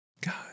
God